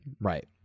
Right